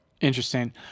Interesting